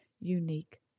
unique